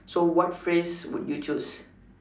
so what phrase would you choose